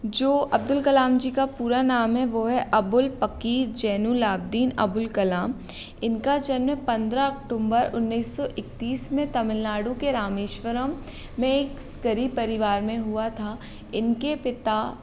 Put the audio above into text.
जो अब्दुल कलाम जी का पूरा नाम है वह है अबुल पकीर जैनुलआब्दीन अबुल कलाम इनका जन्म पंद्रह अक्टूबर उन्नीस सौ इकतीस में तमिलनाडु के रामेश्वरम में एक गरीब परिवार में हुआ था इनके पिता